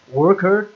worker